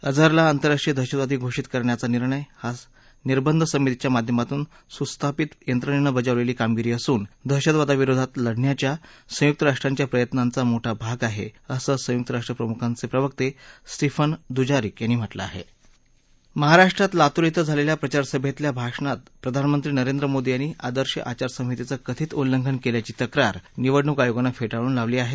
अझरला आंतरराष्ट्रीय दहशतवादी घोषित करण्याचा निर्णय हा निर्बंध समितीच्या माध्यमातून सुस्थापित यंत्रणेनं बजावलेली कामगिरी असून दहशतवादाविरोधात लढण्याच्या संयुक्त राष्ट्रांच्या प्रयत्नांचा मोठा भाग आहे असं संयुक्त राष्ट्र प्रमुखांचे प्रवक्ते स्टीफन दुजारिक यांनी म्हटलं आहे महाराष्ट्रात लातूर धिं झालेल्या प्रचारसभेतल्या भाषणात प्रधानमंत्री नरेंद्र मोदी यांनी आदर्श आचासंहितेचं कथित उल्लंघन केल्याची तक्रार निवडणूक आयोगानं फेटाळून लावली आहे